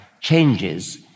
changes